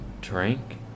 drink